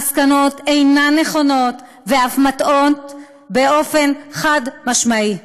המסקנות אינן נכונות, ואף מטעות באופן חד-משמעי.